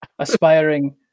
aspiring